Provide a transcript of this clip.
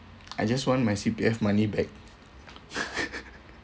I just want my C_P_F money back